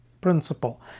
principle